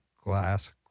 Glass